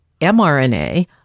mRNA